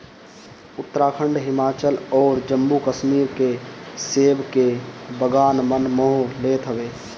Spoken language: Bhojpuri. उत्तराखंड, हिमाचल अउरी जम्मू कश्मीर के सेब के बगान मन मोह लेत हवे